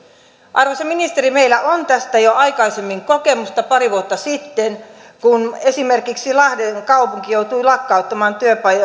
arvoisa ministeri meillä on tästä jo aikaisemmin kokemusta pari vuotta sitten kun esimerkiksi lahden kaupunki joutui lakkauttamaan työpajojen